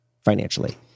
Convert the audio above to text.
financially